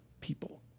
people